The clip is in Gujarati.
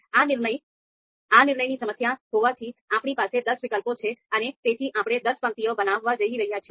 આ નિર્ણયની સમસ્યા હોવાથી આપણી પાસે દસ વિકલ્પો છે અને તેથી આપણે દસ પંક્તિઓ બનાવવા જઈ રહ્યા છીએ